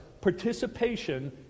participation